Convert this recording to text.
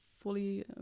fully